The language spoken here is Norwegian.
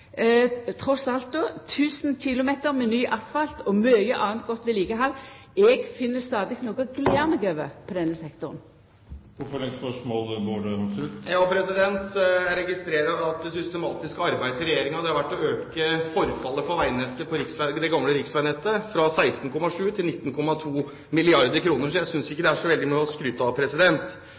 alt 1 000 km med ny asfalt og mykje anna godt vedlikehald. Eg finn stadig noko å gle meg over i denne sektoren. Jeg registrerer at det systematiske arbeidet til regjeringen har vært å øke etterslepet på det gamle riksveinettet fra 16,7 mrd. kr til 19,2 mrd. kr. Jeg synes ikke det er så veldig mye å skryte av.